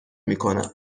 میکنم